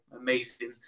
Amazing